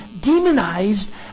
demonized